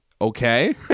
Okay